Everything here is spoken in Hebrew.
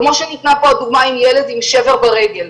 כמו שניתנה פה הדוגמה של ילד עם שבר ברגל,